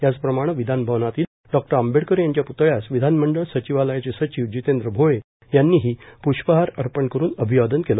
याचप्रमाणं विधानभवनातील डॉ आंबेडकर यांच्या प्तळयास विधानमंडळ सचिवालयाचे सचिव जितेंद्र भोळे यांनी ही प्ष्पहार अर्पण करून अभिवादन केलं